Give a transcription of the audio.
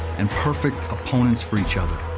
and perfect opponents for each other.